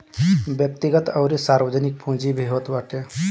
व्यक्तिगत अउरी सार्वजनिक पूंजी भी होत बाटे